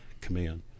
command